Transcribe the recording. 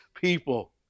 people